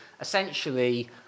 essentially